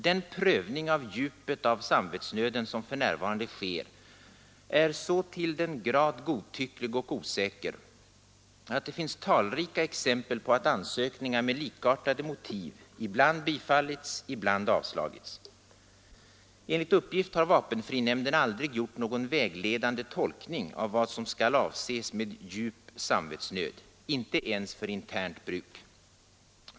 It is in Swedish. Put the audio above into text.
Den prövning av djupet av samvetsnöden som f. n. sker är så till den grad godtycklig och osäker, att det finns talrika exempel på att ansökningar med likartade motiv ibland bifallits, ibland avslagits. Enligt uppgift har Vapenfrinämnden aldrig gjort någon vägledande tolkning av vad som skall avses med ”djup samvetsnöd”, inte ens för internt bruk.